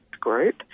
group